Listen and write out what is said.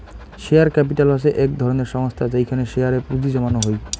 share capital হসে এক ধরণের সংস্থা যেইখানে শেয়ার এ পুঁজি জমানো হই